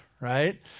Right